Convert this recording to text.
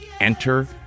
Enter